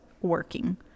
working